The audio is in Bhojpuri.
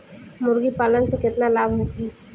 मुर्गीपालन से केतना लाभ होखे?